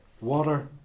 water